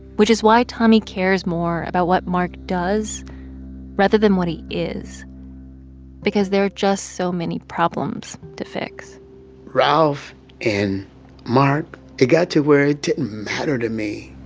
which is why tommie cares more about what mark does rather than what he is because there are just so many problems to fix ralph and mark it got to where it didn't matter to me